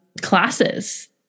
classes